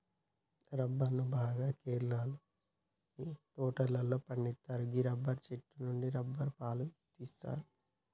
రబ్బరును బాగా కేరళలోని తోటలలో పండిత్తరు గీ రబ్బరు చెట్టు నుండి రబ్బరు పాలు తీస్తరు